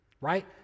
right